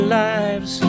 lives